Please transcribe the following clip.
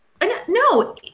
No